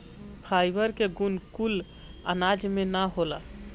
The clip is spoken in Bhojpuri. फाइबर के गुण कुल अनाज में ना होला